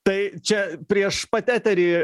tai čia prieš pat eterį